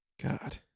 God